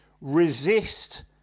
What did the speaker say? resist